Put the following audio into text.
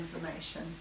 information